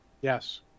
Yes